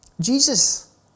Jesus